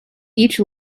each